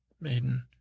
Maiden